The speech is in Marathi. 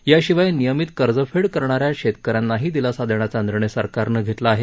याशिवाय नियमित कर्जफेड करणाऱ्या शेतकऱ्यांनाही दिलासा देण्याचा निर्णय सरकारन घेतला आहे